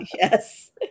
Yes